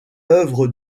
œuvre